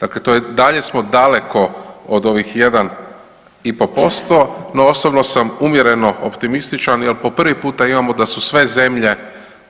Dakle i dalje smo daleko od ovih 1,5%, no osobno sam umjereno optimističan jer po prvi puta imamo da su sve zemlje